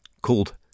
called